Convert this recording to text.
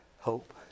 Hope